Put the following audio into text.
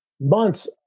months